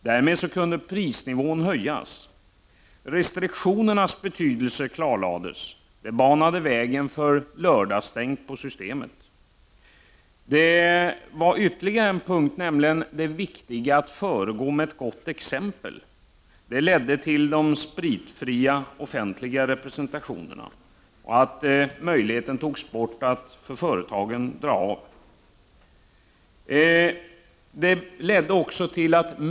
Därmed kunde prisnivån höjas. Restriktionernas betydelse klarlades. Det banade vägen för lördagsstängt på Systemet. Insikten om det viktiga i att föregå med gott exempel ledde till att de offentliga representationerna blev spritfria och till att man tog bort företagens möjligheter att dra av vid representation.